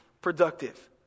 productive